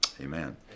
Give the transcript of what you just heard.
amen